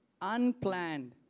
unplanned